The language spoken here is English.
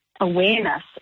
awareness